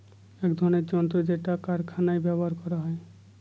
এক ধরনের যন্ত্র যেটা কারখানায় ব্যবহার করা হয়